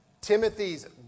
Timothy's